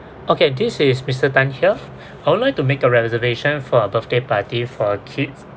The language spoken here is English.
okay this is mister tan here I would like to make a reservation for a birthday party for kids